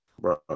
Bro